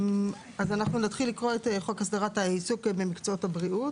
נתחיל לקרוא את חוק הסדרת העיסוק במקצועות הבריאות.